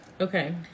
Okay